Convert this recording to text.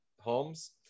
Holmes